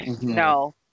No